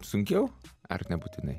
sunkiau ar nebūtinai